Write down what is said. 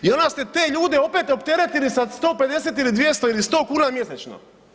I onda ste te ljude opet opteretili sa 150 ili 200 ili 100 kuna mjesečno.